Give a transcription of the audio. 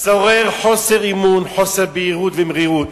שוררים חוסר אמון, חוסר בהירות ומרירות.